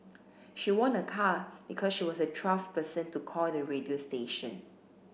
she won a car because she was the twelfth person to call the radio station